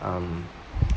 um